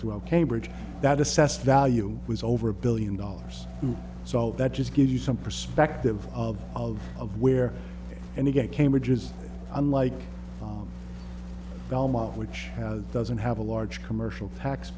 throughout cambridge that assessed value was over a billion dollars so that just gives you some perspective of of where and again cambridge is unlike belmont which doesn't have a large commercial tax